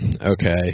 Okay